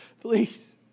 please